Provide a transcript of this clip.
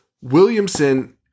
williamson